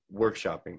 workshopping